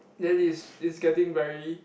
then it's it's getting very